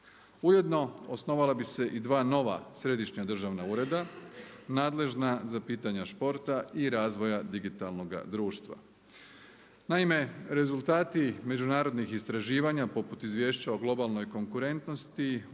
Ujedno osnovala bi se i dva nova središnja državne ureda nadležan za pitanja športa i razvoja digitalnoga društva. Naime, rezultati međunarodnih istraživanja poput izvješća o globalnoj konkurentnosti